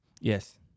Yes